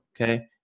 okay